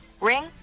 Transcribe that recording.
Ring